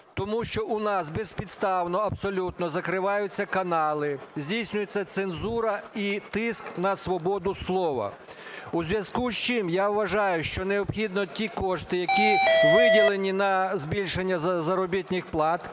Тому що у нас безпідставно абсолютно закриваються канали, здійснюється цензура і тиск на свободу слова. У зв'язку з чим я вважаю, що необхідно ті кошти, які виділені на збільшення заробітних плат